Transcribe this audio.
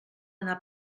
anar